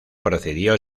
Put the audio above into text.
procedió